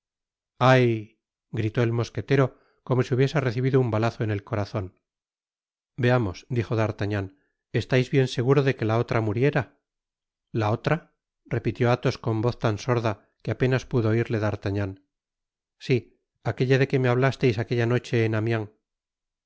ay gritó el mosquetero como si hubiese recibido un balazo en el corazon veamos dijo d'artagnan estais bien seguro deque la otra muriera la otra repitió athos con voz tan sorda que apenas pudo oirle d'artagnan si aquella de que me hablasteis aquella noche